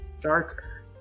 darker